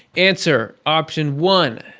answer option one.